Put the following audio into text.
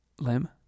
limb